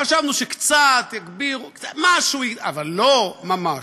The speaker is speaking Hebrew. חשבנו שקצת יגבירו, משהו, אבל לא ממש.